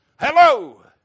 Hello